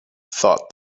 thought